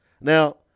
Now